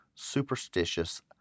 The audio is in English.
Superstitious